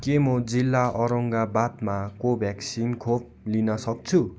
के म जिल्ला औरङ्गबादमा को भ्याक्सिन खोप लिन सक्छु